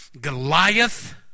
Goliath